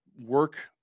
work